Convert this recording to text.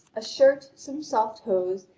a shirt, some soft hose,